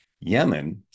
Yemen